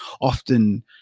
often